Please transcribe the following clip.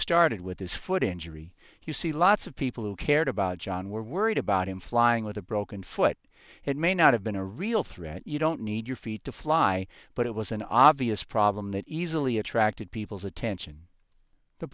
started with his foot injury you see lots of people who cared about john were worried about him flying with a broken foot it may not have been a real threat you don't need your feet to fly but it was an obvious problem that easily attracted people's attention the